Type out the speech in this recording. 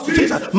Jesus